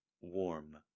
Warm